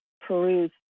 peruse